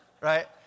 right